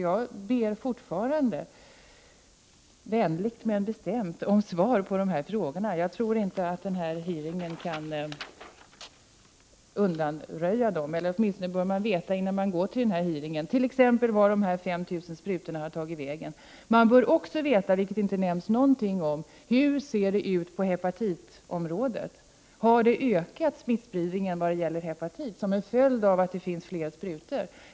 Jag ber fortfarande, vänligt men bestämt, om svar på de här frågorna. Jag tror inte att hearingen kan undanröja dem. Åtminstone bör man, innan man går till hearingen, veta t.ex. vart de omtalade 5 000 sprutorna har tagit vägen. Man bör också veta, vilket det inte nämnts någonting om, hur det ser ut på hepatitområdet. Har smittspridningen när det gäller hepatit ökat som en följd av att det finns fler sprutor?